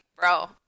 bro